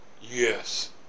Yes